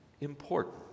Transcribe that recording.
important